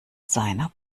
seiner